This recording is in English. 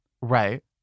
Right